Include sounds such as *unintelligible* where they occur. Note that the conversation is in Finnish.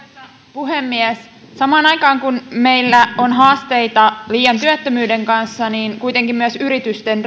puhemies samaan aikaan kun meillä on haasteita liian työttömyyden kanssa niin kuitenkin myös yritysten *unintelligible*